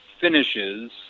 finishes